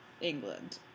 England